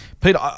Peter